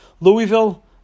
Louisville